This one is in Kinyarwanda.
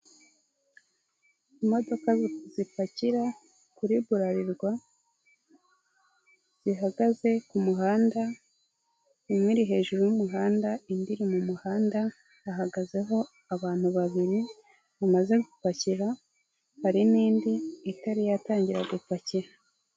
Imodoka zipakira kuri Brarirwa, zihagaze ku muhanda, imwe iri hejuru y'umuhanda, indi iri mu muhanda hagazeho abantu babiri bamaze gupakira, hari n'indi itari yatangira gupakira.